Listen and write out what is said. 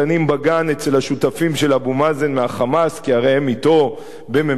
אצל השותפים של אבו מאזן מה"חמאס" כי הרי הם אתו בממשלת אחדות,